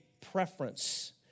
preference